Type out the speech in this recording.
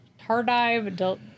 tardive